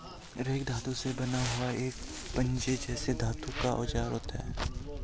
rake धातु से बना हुआ एक पंजे जैसा धातु का औजार होता है